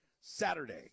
saturday